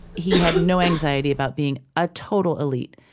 he had no anxiety about being a total elite.